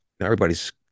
everybody's